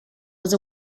was